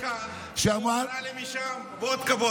עמדתי כאן והוא קרא לי משם: "וודקה,